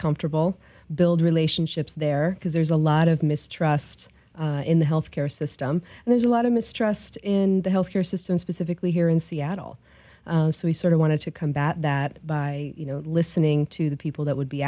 comfortable build relationships there because there's a lot of mistrust in the health care system and there's a lot of mistrust in the health care system specifically here in seattle so we sort of wanted to combat that by you know listening to the people that would be